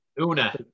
Una